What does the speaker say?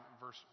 verse